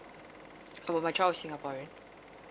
oh my child is singaporean